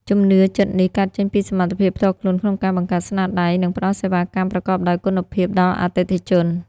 ជំនឿចិត្តនេះកើតចេញពីសមត្ថភាពផ្ទាល់ខ្លួនក្នុងការបង្កើតស្នាដៃ និងផ្តល់សេវាកម្មប្រកបដោយគុណភាពដល់អតិថិជន។